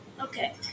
Okay